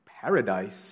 paradise